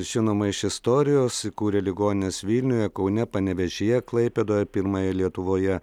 žinoma iš istorijos įkūrė ligonines vilniuje kaune panevėžyje klaipėdoje pirmąją lietuvoje